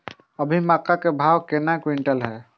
अभी मक्का के भाव केना क्विंटल हय?